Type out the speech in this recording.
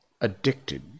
addicted